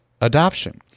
adoption